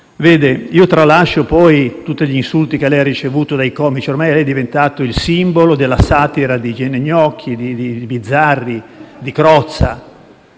del ponte. Tralascio poi tutti gli insulti che lei ha ricevuto dai comici: ormai lei è diventato il simbolo della satira di Gene Gnocchi, di Bizzarri, di Crozza.